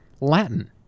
Latin